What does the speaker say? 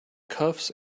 cuffs